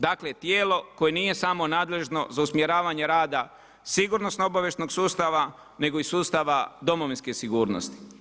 Dakle, tijelo koje nije samo nadležno za usmjeravanje rada sigurno obavještajnog sustava, nego i sustava domovinske sigurnosti.